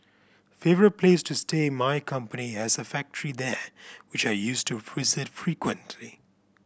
favourite place to stay My company has a factory there which I used to visit frequently